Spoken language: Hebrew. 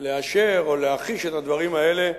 לאשר או להכחיש את הדברים האלה,